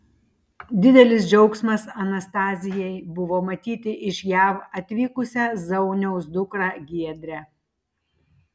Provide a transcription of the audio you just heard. didelis džiaugsmas anastazijai buvo matyti iš jav atvykusią zauniaus dukrą giedrę